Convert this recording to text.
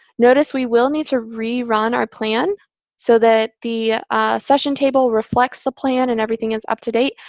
notice we will need to rerun our plan so that the session table reflects the plan and everything is up to date.